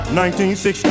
1960